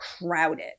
crowded